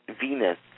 Venus